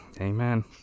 Amen